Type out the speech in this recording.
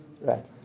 right